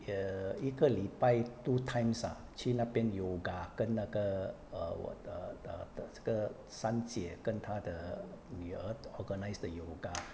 err 一个礼拜 two times ah 去那边 yoga 跟那个 err 我的的这个三姐跟她的女儿 organise 的 yoga